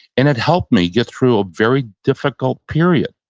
and it helped me get through a very difficult period.